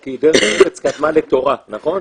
כי דרך ארץ קדמה לתורה, נכון?